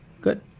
good